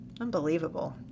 Unbelievable